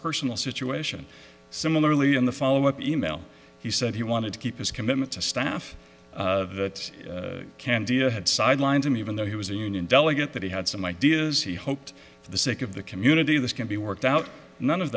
personal situation similarly in the follow up email he said he wanted to keep his commitment to staff that candia had sidelined him even though he was a union delegate that he had some ideas he hoped for the sake of the community this can be worked out none of